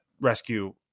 rescue